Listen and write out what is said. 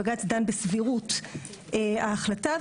בג"צ דן בסבירות ההחלטה,